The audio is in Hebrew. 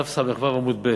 דף ס"ו עמוד ב'.